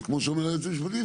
אז כמו שאומר היועץ המשפטי,